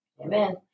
Amen